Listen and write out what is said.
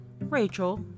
Rachel